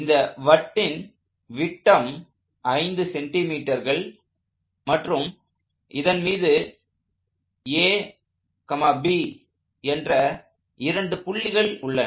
இந்த வட்டத்தின் விட்டம் 5 சென்டி மீட்டர்கள் மற்றும் இதன் மீது AB என்ற இரண்டு புள்ளிகள் உள்ளன